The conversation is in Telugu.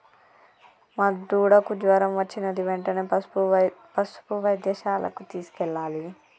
మా దూడకు జ్వరం వచ్చినది వెంటనే పసుపు వైద్యశాలకు తీసుకెళ్లాలి